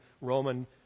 Roman